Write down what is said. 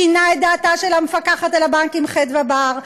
שינה את דעתה של המפקחת על הבנקים חדוה בר,